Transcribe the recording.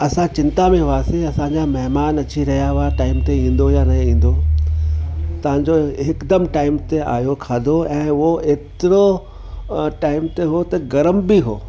असां चिंता में हुआसीं असांजा महिमान अची रहिया हुआ टाइम ते ईंदो या न ईंदो तव्हांजो हिकदमु टाइम ते आहियो खाधो ऐं उहो एतिरो टाइम ते हुओ त गर्म बि हुओ